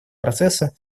процесса